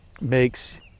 makes